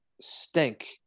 stink